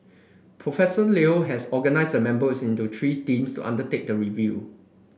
Professor Leo has organised the members into three teams to undertake the review